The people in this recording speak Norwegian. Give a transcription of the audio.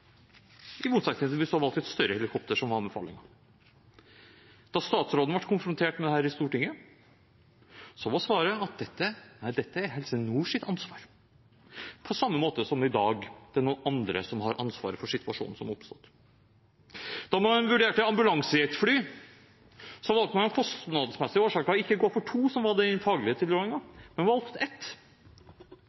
i motsetning til hvis man hadde valgt et større helikopter, som var anbefalingen. Da statsråden ble konfrontert med dette i Stortinget, var svaret at dette er Helse Nords ansvar – på samme måte som i dag – det er noen andre som har ansvaret for situasjonen som oppstår. Da man vurderte ambulansejetfly, valgte man av kostnadsmessige årsaker ikke å gå for to, som var den faglige tilrådingen, men man valgte ett.